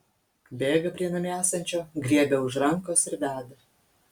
bėga prie namie esančio griebia už rankos ir veda